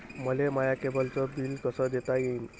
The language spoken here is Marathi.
मले माया केबलचं बिल कस देता येईन?